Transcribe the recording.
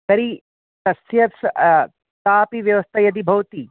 तर्हि तस्य स् सापि व्यवस्था यदि भवति